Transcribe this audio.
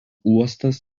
uostas